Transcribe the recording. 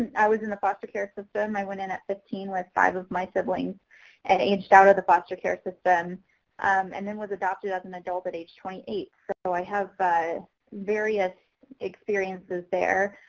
and i was in the foster care system. i went in at fifteen with five of my siblings and aged out of the foster care system um and then was adopted as an adult but is twenty eight. so i have various experiences there,